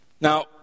Now